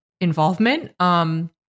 involvement